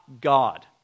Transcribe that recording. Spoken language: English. God